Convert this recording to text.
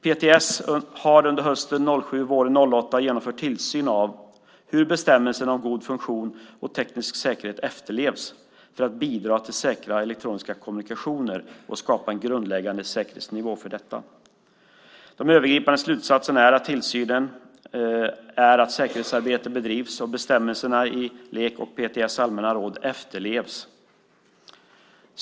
PTS har under hösten 2007 och våren 2008 genomfört tillsyn av hur bestämmelserna om god funktion och teknisk säkerhet efterlevs för att bidra till säkra elektroniska kommunikationer och skapa en grundläggande säkerhetsnivå för detta. De övergripande slutsatserna av tillsynen är att säkerhetsarbete bedrivs och att bestämmelserna i LEK:s och PTS:s allmänna råd efterlevs.